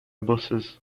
buses